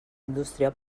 indústria